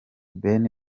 ben